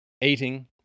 eating